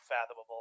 unfathomable